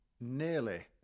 Nearly